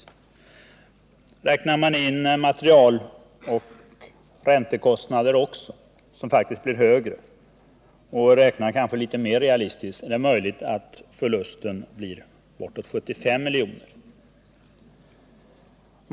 Räknar man in material och räntekostnader också, som faktiskt blir högre, och räknar mera realistiskt, är det möjligt att förlusterna blir 75 miljoner.